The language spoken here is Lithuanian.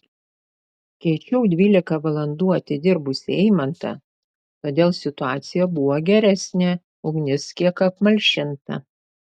keičiau dvylika valandų atidirbusį eimantą todėl situacija buvo geresnė ugnis kiek apmalšinta